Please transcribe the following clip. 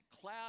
cloud